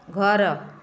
ଘର